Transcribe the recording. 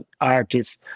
artists